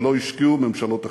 שלא השקיעו ממשלות אחרות,